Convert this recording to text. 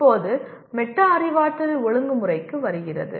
இப்போது மெட்டா அறிவாற்றல் ஒழுங்குமுறைக்கு வருகிறது